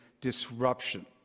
disruption